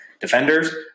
defenders